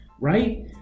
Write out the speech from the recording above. right